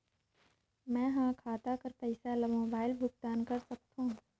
मैं ह खाता कर पईसा ला मोबाइल भुगतान कर सकथव?